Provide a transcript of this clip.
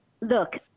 Look